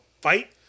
fight